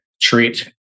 Treat